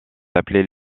appelés